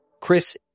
Chris